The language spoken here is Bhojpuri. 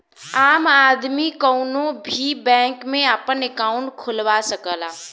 आम आदमी कउनो भी बैंक में आपन अंकाउट खुलवा सकला